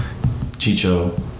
Chicho